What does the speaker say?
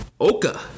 Oka